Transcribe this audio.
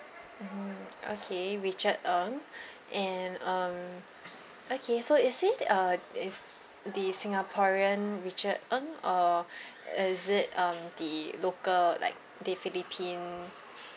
mmhmm okay richard ng and um okay so is he uh is the singaporean richard ng or is it um the local like the philippine